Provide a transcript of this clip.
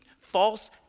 false